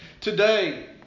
Today